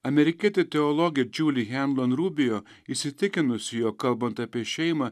amerikietė teologė džuli hendon robio įsitikinusi jog kalbant apie šeimą